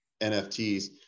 NFTs